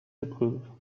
épreuves